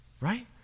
right